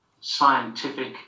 scientific